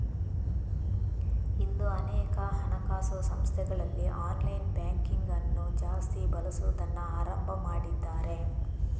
ಇಂದು ಅನೇಕ ಹಣಕಾಸು ಸಂಸ್ಥೆಗಳಲ್ಲಿ ಆನ್ಲೈನ್ ಬ್ಯಾಂಕಿಂಗ್ ಅನ್ನು ಜಾಸ್ತಿ ಬಳಸುದನ್ನ ಆರಂಭ ಮಾಡಿದ್ದಾರೆ